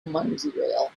merseyrail